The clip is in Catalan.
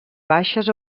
baixes